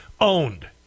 owned